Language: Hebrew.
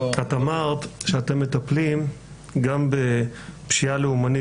אמרת שאתם מטפלים גם בפשיעה לאומנית